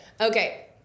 Okay